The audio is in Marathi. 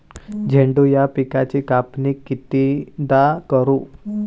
झेंडू या पिकाची कापनी कितीदा करू?